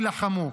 יילחמו.